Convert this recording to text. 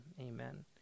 amen